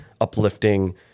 uplifting